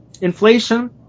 Inflation